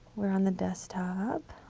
we're on the desktop.